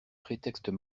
prétextes